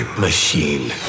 Machine